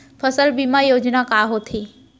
फसल बीमा योजना का होथे?